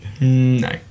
no